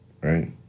Right